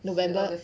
november